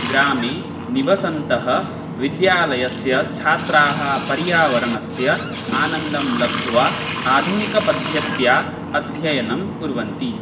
ग्रामे निवसन्तः विद्यालयस्य छात्राः पर्यावरणस्य आनन्दं लब्ध्वा आधुनिकपद्धत्या अध्ययनं कुर्वन्ति